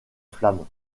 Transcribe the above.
flammes